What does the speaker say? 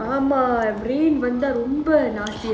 ஆமா வந்தா ரொம்ப:aamaa vantha romba nasty ah ஆய்டும்:aidum